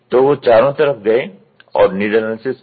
तोवो चारों तरफ गये और नीड एनालिसिस किया